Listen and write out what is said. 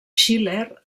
schiller